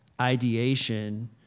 ideation